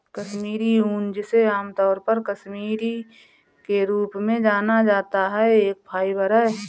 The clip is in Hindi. कश्मीरी ऊन, जिसे आमतौर पर कश्मीरी के रूप में जाना जाता है, एक फाइबर है